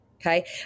Okay